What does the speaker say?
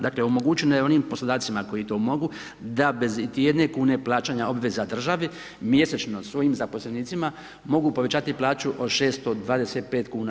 Dakle, omogućeno je onim poslodavcima koji to mogu, da bez iti jedne kune plaćanja obveza državi, mjesečno svojim zaposlenicima mogu povećati plaću od 625 kn.